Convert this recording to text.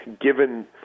given